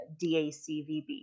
DACVB